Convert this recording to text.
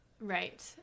right